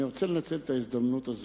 אני רוצה לנצל את ההזדמנות הזאת,